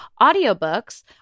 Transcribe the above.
audiobooks